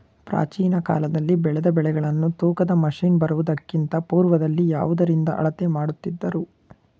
ಪ್ರಾಚೀನ ಕಾಲದಲ್ಲಿ ಬೆಳೆದ ಬೆಳೆಗಳನ್ನು ತೂಕದ ಮಷಿನ್ ಬರುವುದಕ್ಕಿಂತ ಪೂರ್ವದಲ್ಲಿ ಯಾವುದರಿಂದ ಅಳತೆ ಮಾಡುತ್ತಿದ್ದರು?